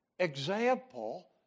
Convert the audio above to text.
Example